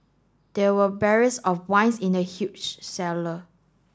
there were barrels of wines in the huge cellar